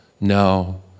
no